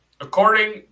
according